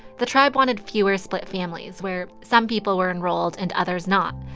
the tribe wanted fewer split families, where some people were enrolled and others not.